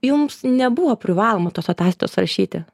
jums nebuvo privaloma tos ataskaitos rašyti